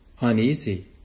uneasy